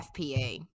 FPA